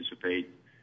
participate